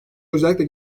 özellikle